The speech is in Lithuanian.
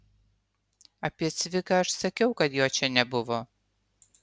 apie cviką aš sakiau kad jo čia nebuvo